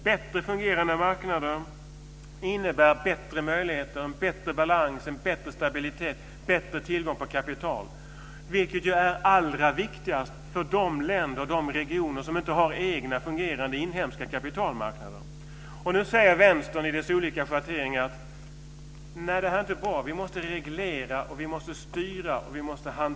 Bättre fungerande marknader innebär bättre möjligheter, bättre balans, bättre stabilitet och bättre tillgång till kapital. Det är ju allra viktigast för de länder och regioner som inte har egna, fungerande inhemska kapitalmarknader. Nu säger vänstern i dess olika schatteringar: Det här är inte bra. Vi måste reglera, styra och hantera.